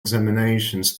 examinations